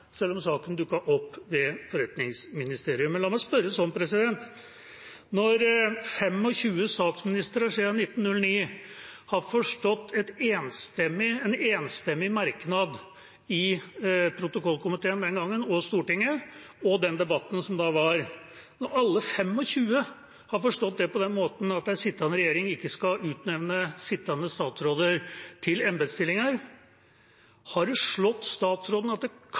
selv om saken dukket opp ved forretningsministerium. Men la meg spørre sånn: Når 25 statsministre siden 1909, og Stortinget, har forstått en enstemmig merknad i protokollkomiteen og den debatten som da var, på den måten at en sittende regjering ikke skal utnevne sittende statsråder til embetsstillinger, har det da slått statsråden at det